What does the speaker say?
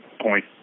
point